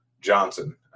Johnson